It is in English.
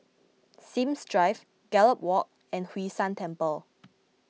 Sims Drive Gallop Walk and Hwee San Temple